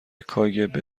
کاگب